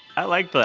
i liked but